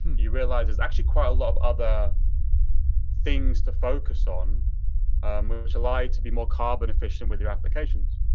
you realize there's actually quite a lot of other things to focus on which allow to be more carbon efficient with your applications.